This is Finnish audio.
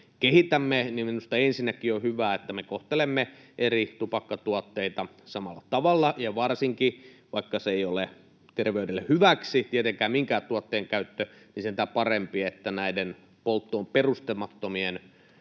niin minusta ensinnäkin on hyvä, että me kohtelemme eri tupakkatuotteita samalla tavalla, ja vaikka terveydelle ei ole hyväksi tietenkään minkään tuotteen käyttö, niin sentään parempi, että enemmänkin näiden polttoon perustumattomien